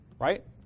right